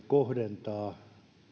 kohdentaa